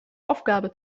aufgabe